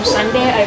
Sunday